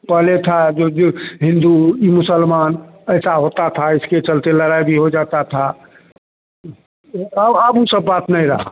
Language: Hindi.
पहले था जो जो हिन्दू मुसलमान ऐसा होता था इसके चलते लड़ाई भी हो जाती थी अब अब वह सब बात नहीं रही